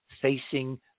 facing